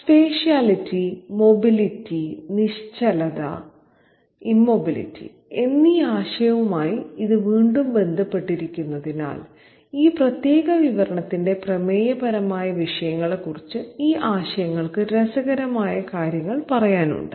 spatiality mobility നിശ്ചലത എന്നീ ആശയവുമായി ഇത് വീണ്ടും ബന്ധപ്പെട്ടിരിക്കുന്നതിനാൽ ഈ പ്രത്യേക വിവരണത്തിന്റെ പ്രമേയപരമായ വിഷയങ്ങളെക്കുറിച്ച് ഈ ആശയങ്ങൾക്ക് രസകരമായ കാര്യങ്ങൾ പറയാനുണ്ട്